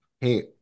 hey